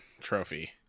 trophy